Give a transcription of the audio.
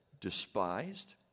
despised